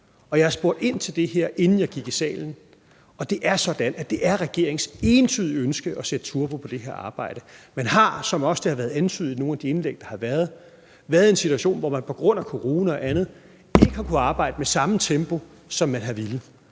Jeg har spurgt ind til det her, inden jeg gik i salen, og det er sådan, at det er regeringens entydige ønske at sætte turbo på det her arbejde. Man har, som det også har været antydet i nogle af de indlæg, der har været, været i en situation, hvor man på grund af corona og andet ikke har kunnet arbejde med samme tempo, som man har villet,